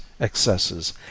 excesses